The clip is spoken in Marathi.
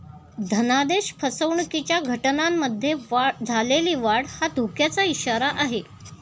धनादेश फसवणुकीच्या घटनांमध्ये झालेली वाढ हा धोक्याचा इशारा आहे